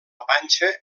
panxa